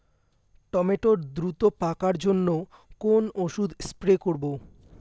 Tomato দ্রুত পাকার জন্য কোন ওষুধ স্প্রে করব?